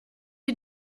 you